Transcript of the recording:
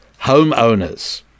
homeowners